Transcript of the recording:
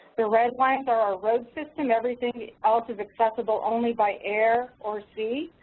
the red lines are our road system. everything else is accessible only by air or sea.